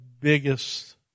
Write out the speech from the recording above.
biggest